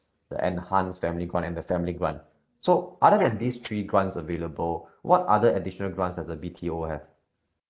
the enhanced family grant and the family grant so other than these three grants available what other additional grants does the B_T_O have